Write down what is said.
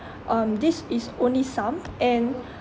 um this is only some and